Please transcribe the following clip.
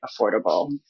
affordable